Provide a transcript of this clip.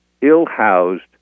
ill-housed